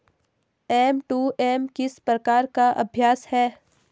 M to M किस प्रकार का अभ्यास है?